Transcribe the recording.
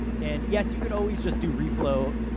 and yes, you could always just do reflow,